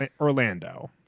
orlando